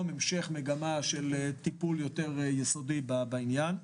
המשך מגמה של טיפול יותר יסודי בעניין.